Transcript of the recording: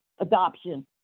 adoption